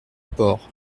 port